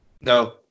No